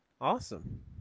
Awesome